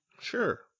Sure